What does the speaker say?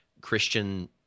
Christian